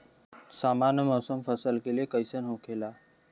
सामान्य मौसम फसल के लिए कईसन होखेला?